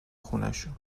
خونشون